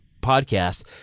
podcast